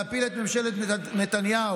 להפיל את ממשלת נתניהו.